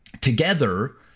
together